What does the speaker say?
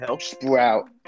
sprout